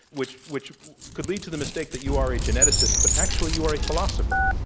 which which could lead to the mistake that you are a geneticist, but actually you are a philosopher.